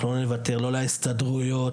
לא נוותר לא להסתדרויות,